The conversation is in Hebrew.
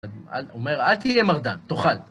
הוא אומר, אל תהיה מרדן, תאכל.